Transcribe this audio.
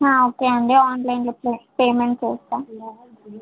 okay అండి ఆన్లైన్లో pay payment చేస్తాను